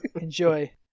Enjoy